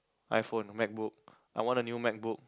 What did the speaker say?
iPhone MacBook I want a new MacBook